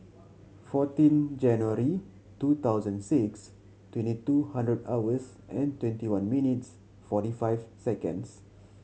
fourteen January two thousand six twenty two hundred hours and twenty one minutes forty five seconds